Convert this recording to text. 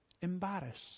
embarrassed